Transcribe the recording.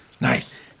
Nice